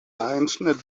einschnitt